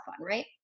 right